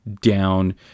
down